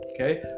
Okay